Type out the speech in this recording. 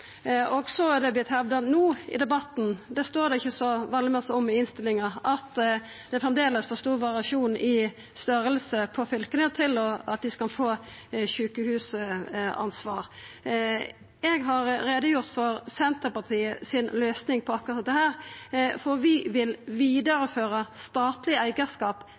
fylkene.» Så har det vorte hevda no i debatten – det står det ikkje så veldig mykje om i innstillinga – at det framleis er for stor variasjon i storleik på fylka til at dei kan få sjukehusansvar. Eg har gjort greie for Senterpartiet si løysing på akkurat dette, for vi vil vidareføra statleg eigarskap